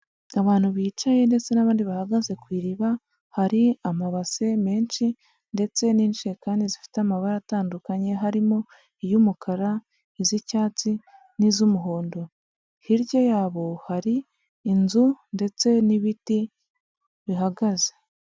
Abantu bicaye ndetse n'abandi bahagaze ku iriba, hari amabase menshi ndetse n'injerekani zifite amabara atandukanye, harimo iy'umukara, iz'icyatsi n'iz'umuhondo, hirya yabo hari inzu ndetse n'ibiti bihagaze.